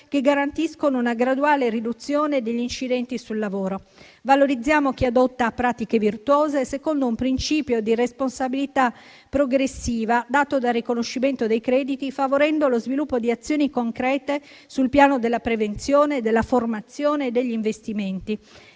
che garantiscono una graduale riduzione degli incidenti sul lavoro, e valorizziamo chi adotta pratiche virtuose secondo un principio di responsabilità progressiva dato dal riconoscimento dei crediti, favorendo lo sviluppo di azioni concrete sul piano della prevenzione della formazione e degli investimenti.